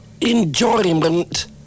enjoyment